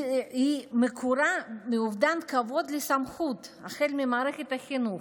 ומקורה באובדן כבוד לסמכות, החל ממערכת החינוך,